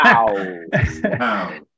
wow